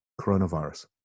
coronavirus